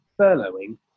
furloughing